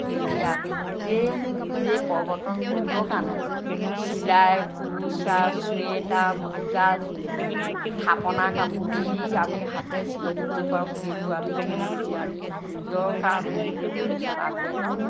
সেই গতিকে আমি গোটেই নিজেই প্ৰৱৰ্তন কৰিব কাৰণে চিলাই কুৰুচা ছুৱেটাৰ মোজা থাপনা কাপোৰ যি আমি হাতে চিলনি কৰিব পাৰোঁ সেইবোৰ আমি কৰি মেলি আমি নিজৰ কাৰণে নিজে ভৱিষ্যত আগুৱাই যাওঁ